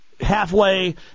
halfway